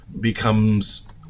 becomes